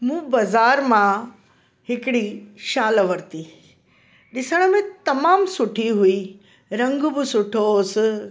मूं बज़ारि मां हिकिड़ी शाल वरिती ॾिसण में तमामु सुठी हुई रंग बि सुठो हुयसि